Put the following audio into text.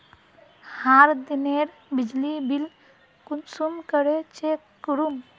हर दिनेर बिजली बिल कुंसम करे चेक करूम?